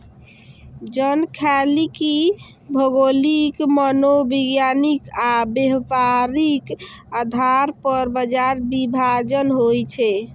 जनखांख्यिकी भौगोलिक, मनोवैज्ञानिक आ व्यावहारिक आधार पर बाजार विभाजन होइ छै